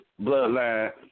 bloodline